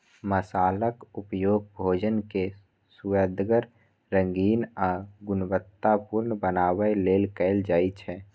मसालाक उपयोग भोजन कें सुअदगर, रंगीन आ गुणवतत्तापूर्ण बनबै लेल कैल जाइ छै